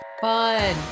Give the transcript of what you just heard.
Fun